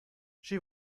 she